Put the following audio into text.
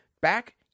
back